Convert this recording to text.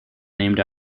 named